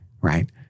Right